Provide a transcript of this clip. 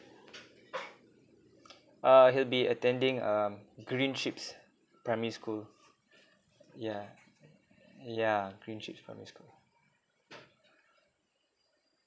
uh he'll be attending um green ships primary school yeah yeah green ships primary school